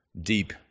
deep